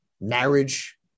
marriage